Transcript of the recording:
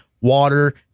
water